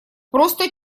просто